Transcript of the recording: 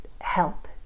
help